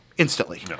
Instantly